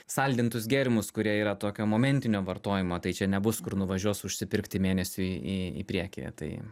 saldintus gėrimus kurie yra tokio momentinio vartojimo tai čia nebus kur nuvažiuos užsipirkti mėnesiui į priekį tai